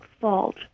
fault